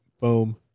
boom